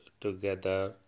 together